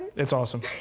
it's awesome.